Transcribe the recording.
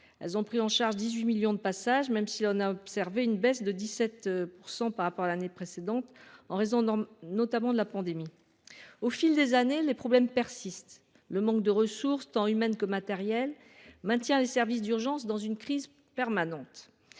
Elles ont pris en charge 18 millions de passages, même si l’on a observé une baisse de 17 % par rapport à l’année précédente, en raison notamment de la pandémie. Au fil des années, les problèmes persistent. Le manque de ressources, tant humaines que matérielles, maintient les services d’urgences dans une crise permanente.